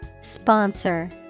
Sponsor